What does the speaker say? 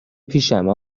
پیشمه